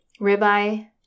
ribeye